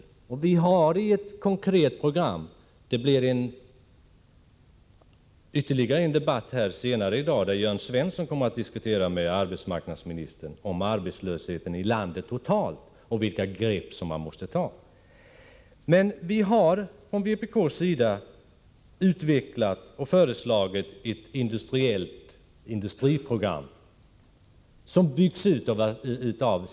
Vi från vpk:s sida har utarbetat ett konkret program — jag hänvisar till att det blir ytterligare en debatt senare i dag här i kammaren, där Jörn Svensson kommer att tala med arbetsmarknadsministern om arbetslösheten i landet totalt och om vilka grepp som i det sammanhanget måste tas. Vi har nämligen utvecklat och föreslagit ett industriprogram, där samhället står för utbyggnaden.